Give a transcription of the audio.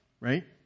right